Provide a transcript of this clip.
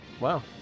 Wow